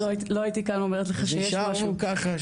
לא הייתי כאן אומרת לך שיש --- נשארנו ככה,